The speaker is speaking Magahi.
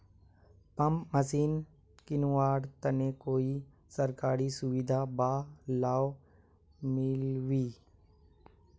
पंप मशीन किनवार तने कोई सरकारी सुविधा बा लव मिल्बी?